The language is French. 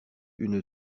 une